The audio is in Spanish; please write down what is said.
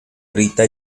rita